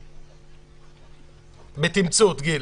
בתמצות, גיל.